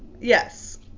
Yes